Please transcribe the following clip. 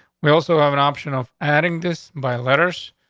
we also have an option off adding this my letters.